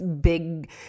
big